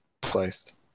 placed